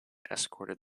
escorted